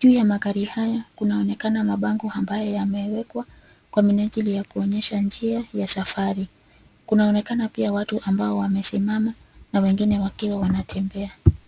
juu ya magari haya kunaonekana mabango ambayo yamewekwa, kwa minajili ya kuonyesha njia ya safari, kunaonekana pia watu ambao wamesimama, na wengine wakiwa wanatembea.